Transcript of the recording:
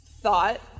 thought